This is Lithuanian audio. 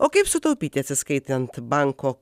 o kaip sutaupyti atsiskaitant banko